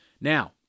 Now